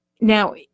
now